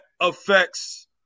affects